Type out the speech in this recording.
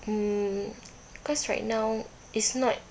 mm cause right now it's not